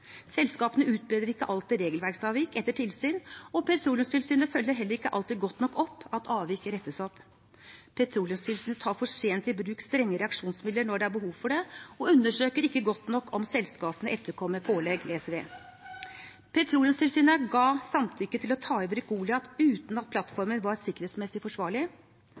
Selskapene utbedrer ikke alltid regelverksavvik etter tilsyn, og Petroleumstilsynet følger heller ikke alltid godt nok opp at avvik rettes opp. Petroleumstilsynet tar for sent i bruk strenge reaksjonsmidler når det er behov for det, og undersøker ikke godt nok om selskapene etterkommer pålegg. Petroleumstilsynet ga samtykke til å ta i bruk Goliat uten at plattformen var sikkerhetsmessig forsvarlig.